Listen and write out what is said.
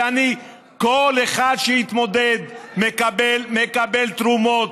כל אחד שיתמודד מקבל תרומות,